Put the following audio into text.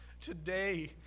Today